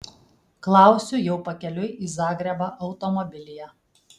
klausiu jau pakeliui į zagrebą automobilyje